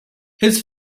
his